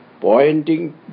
pointing